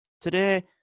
Today